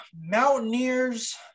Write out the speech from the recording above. Mountaineers